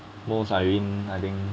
most I win I think